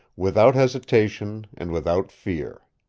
without hesitation and without fear.